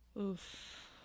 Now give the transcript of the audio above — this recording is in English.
Oof